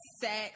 sex